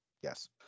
yes